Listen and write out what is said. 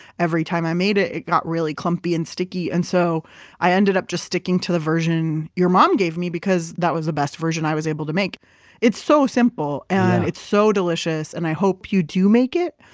every time i made it, it got really clumpy and sticky, and so i ended up just sticking to the version your mom gave me, because that was the best version i was able to make it's so simple and it's so delicious, and i hope you do make it.